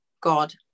God